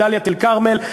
בדאלית-אל-כרמל,